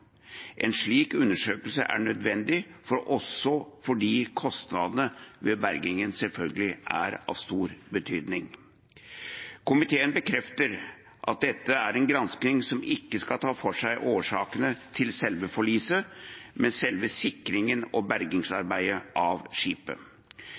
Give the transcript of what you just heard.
En slik undersøkelse er nødvendig også fordi kostnadene ved bergingen selvfølgelig er av stor betydning. Komiteen bekrefter at dette er en granskning som ikke skal ta for seg årsakene til selve forliset, men selve sikringen og